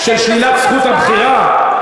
של שלילת זכות הבחירה.